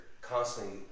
constantly